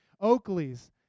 Oakley's